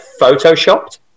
photoshopped